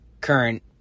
current